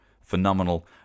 phenomenal